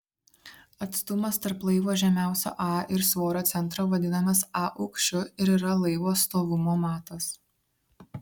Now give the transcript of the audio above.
atstumas tarp laivo žemiausio a ir svorio centro vadinamas a aukščiu ir yra laivo stovumo matas